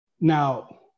Now